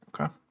Okay